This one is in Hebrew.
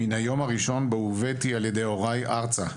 מן היום הראשון בו הובאתי על ידי הוריי ארצה,